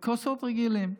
בכוסות רגילות.